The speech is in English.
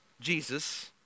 Jesus